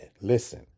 listen